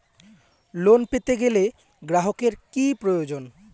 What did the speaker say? Loan পেতে গেলে গ্রাহকের কি প্রয়োজন?